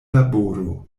laboro